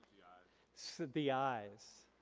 said the eyes.